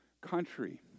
country